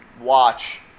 watch